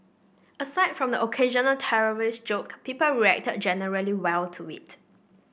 aside from the occasional terrorist joke people reacted generally well to it